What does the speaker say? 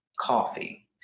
Coffee